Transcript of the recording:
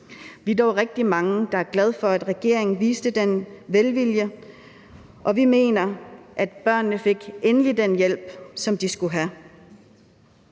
Vi er dog rigtig mange, der er glade for, at regeringen viste den velvilje, og vi mener, at børnene endelig fik den hjælp, som de skulle have.